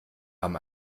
haben